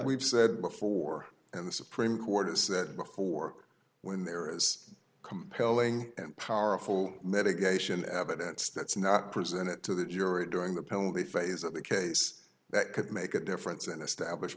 we've said before and the supreme court has said before when there is compelling and powerful mitigation evidence that's not presented to that europe during the penalty phase of the case that could make a difference and establish